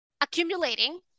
accumulating